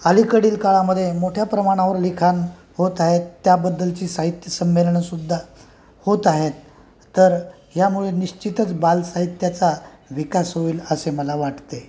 अलीकडील काळामध्ये मोठ्या प्रमाणावर लिखाण होत आहेत त्याबद्दलची साहित्य संमेलनंसुद्धा होत आहेत तर ह्यामुळे निश्चितच बालसाहित्याचा विकास होईल असे मला वाटते आहे